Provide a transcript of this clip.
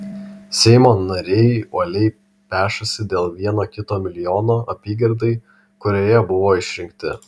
seimo nariai uoliai pešasi dėl vieno kito milijono apygardai kurioje buvo išrinkti